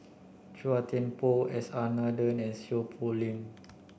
Chua Thian Poh S R Nathan and Seow Poh Leng